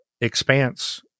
expanse